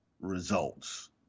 results